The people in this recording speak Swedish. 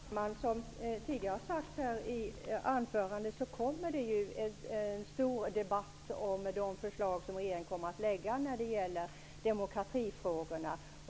Herr talman! Som tidigare har sagts här i anförandena kommer det att anordnas en stor debatt om regeringens förslag när det gäller demokratifrågor.